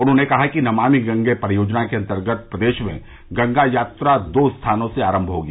उन्होंने कहा कि नमामि गंगे परियोजना के अंतर्गत प्रदेश में गंगा यात्रा दो स्थानों से आरंभ होगी